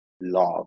love